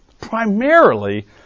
primarily